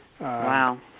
Wow